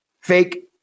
fake